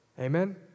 Amen